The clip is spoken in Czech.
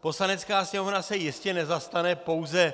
Poslanecká sněmovna se jistě nezastane pouze